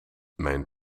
mijn